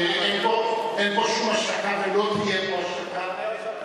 אין פה שום השתקה ולא תהיה פה השתקה.